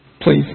Please